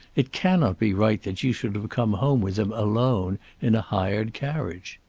it cannot be right that you should have come home with him alone in a hired carriage.